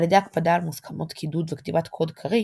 על ידי הקפדה על מוסכמות קידוד וכתיבת קוד קריא,